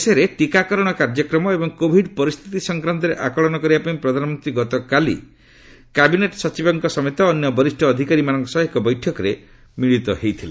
ଦେଶରେ ଟିକାକରଣ କାର୍ଯ୍ୟକ୍ରମ ଏବଂ କୋଭିଡ୍ ପରିସ୍ଥିତି ସଂକ୍ରାନ୍ତରେ ଆକଳନ କରିବା ପାଇଁ ପ୍ରଧାନମନ୍ତ୍ରୀ ଗତକାଲି କ୍ୟାବିନେଟ୍ ସଚିବଙ୍କ ସମେତ ଅନ୍ୟ ବରିଷ୍ଠ ଅଧିକାରୀମାନଙ୍କ ସହ ଏକ ବୈଠକରେ ମିଳିତ ହୋଇଥିଲେ